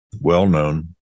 well-known